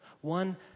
one